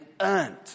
earned